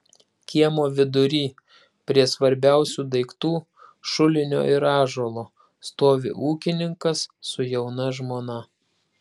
kiemo vidury prie svarbiausių daiktų šulinio ir ąžuolo stovi ūkininkas su jauna žmona